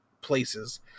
places